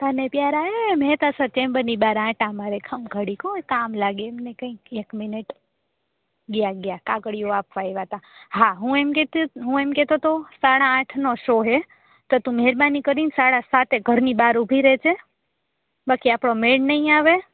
તને પ્રયારા હે મે તારા સાથે ચેમ્બરની બારે આટા મારે ખમ ઘડીક હો કામ લાગે એમને કઈક એક મિનિટ ગ્યાં ગ્યાં કાગડિયો આપવા આઇવયા તા હા હું એમ કેતી હું કેતો તો સાળા આઠનો શો હે તો તું મેરબાની સાળા સાતે ઘરની બારે ઉભી રે જે બાકી આપડો મેડ નઇ આવે